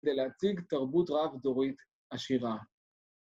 ‫כדי להציג תרבות רב-דורית עשירה.